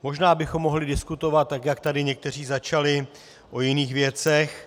Možná bychom mohli diskutovat, tak jak tady někteří začali, o jiných věcech.